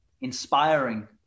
inspiring